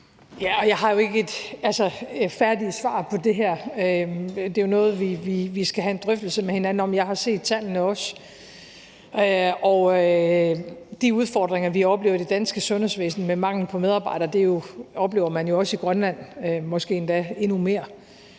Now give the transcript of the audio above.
altså ikke færdige svar på det her. Det er jo noget, vi skal have en drøftelse med hinanden om. Jeg har også set tallene. Og de udfordringer, vi oplever i det danske sundhedsvæsen, med mangel på medarbejdere, oplever man jo også i Grønland, måske